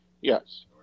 Yes